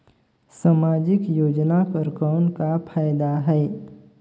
समाजिक योजना कर कौन का फायदा है?